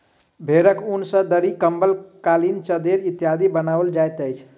भेंड़क ऊन सॅ दरी, कम्बल, कालीन, चद्दैर इत्यादि बनाओल जाइत अछि